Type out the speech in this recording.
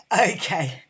Okay